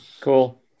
Cool